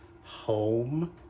home